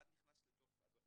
אחד נכנס לתוך השני.